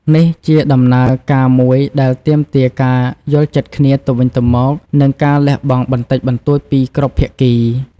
នេះជាដំណើរការមួយដែលទាមទារការយល់ចិត្តគ្នាទៅវិញទៅមក និងការលះបង់បន្តិចបន្តួចពីគ្រប់ភាគី។